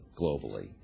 globally